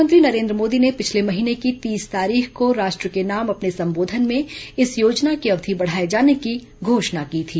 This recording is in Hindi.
प्रधानमंत्री नरेंद्र मोदी ने पिछले महीने की तीस तारीख को राष्ट्र के नाम अपने संबोधन में इस योजना की अवधि बढ़ाये जाने की घोषणा की थी